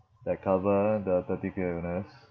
that cover the critical illness